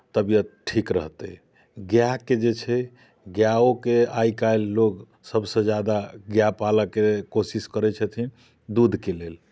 तबियत ठीक रहतै गायके जे छै गाएओके आइ काल्हि लोक सभसँ ज्यादा गाय पालयके कोशिश करैत छथिन दूधके लेल